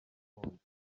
umukunzi